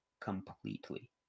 completely